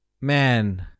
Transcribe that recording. man